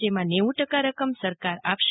જેમાં નેવું ટકા રકમ સરકાર આપશે